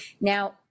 Now